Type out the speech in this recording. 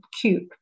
cube